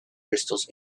crystals